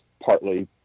partly